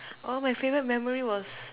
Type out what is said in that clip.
oh my favourite memory was